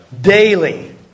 Daily